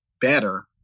better